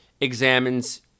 examines